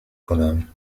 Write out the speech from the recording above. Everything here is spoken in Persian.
کنم